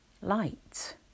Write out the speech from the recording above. light